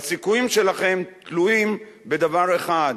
והסיכויים שלכם תלויים בדבר אחד,